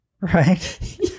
right